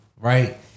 right